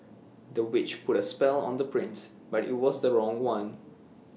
the witch put A spell on the prince but IT was the wrong one